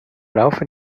laufe